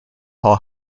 hall